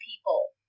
people